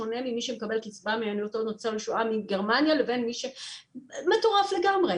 שונה ממי שמקבל קצבה מהיותו ניצול שואה מגרמניה וזה מטורף לגמרי.